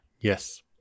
Yes